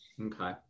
Okay